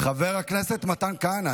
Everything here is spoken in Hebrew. חבר הכנסת מתן כהנא,